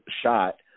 shot